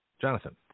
Jonathan